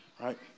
Right